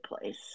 place